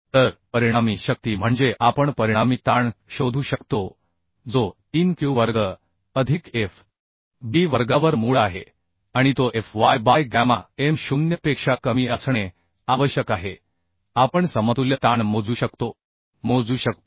तर परिणामी शक्ती म्हणजे आपण परिणामी ताण शोधू शकतो जो 3 Q वर्ग अधिक F B वर्गावर मूळ आहे आणि तो F y by gamma M 0 पेक्षा कमी असणे आवश्यक आहे आपण समतुल्य ताण मोजू शकतो